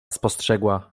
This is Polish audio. spostrzegła